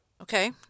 Okay